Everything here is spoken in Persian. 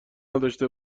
نداشته